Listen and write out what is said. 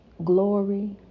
Glory